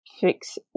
Fix